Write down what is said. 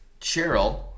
Cheryl